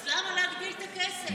אז למה להגדיל את הכסף?